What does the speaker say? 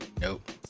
nope